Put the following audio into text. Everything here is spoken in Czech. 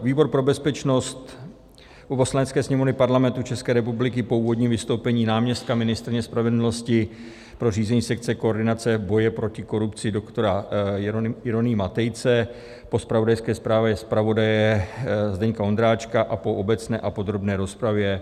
Výbor pro bezpečnost Poslanecké sněmovny Parlamentu České republiky po úvodním vystoupení náměstka ministryně spravedlnosti pro řízení sekce koordinace boje proti korupci JUDr. Jeronýma Tejce, po zpravodajské zprávě zpravodaje Zdeňka Ondráčka a po obecné a podrobné rozpravě